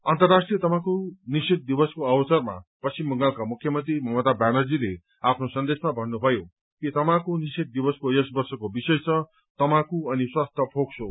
अन्तर्राष्ट्रीय तमाखु निषेघ दिवसको अवसरमा पश्चिम बंगालका मुख्यमन्त्री ममता ब्यानर्जीले आफ्नो सन्देशमा भन्नुभयो कि तमाखु निषेघ दिवसको यस वर्षको विषय छ तमाखु अनि स्वास्थ्य फोक्सो